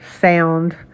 sound